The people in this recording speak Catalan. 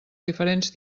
diferents